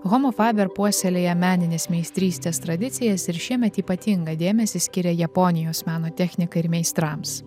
homofaber puoselėja meninės meistrystės tradicijas ir šiemet ypatingą dėmesį skiria japonijos meno technikai ir meistrams